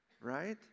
right